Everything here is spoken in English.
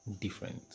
Different